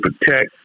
protect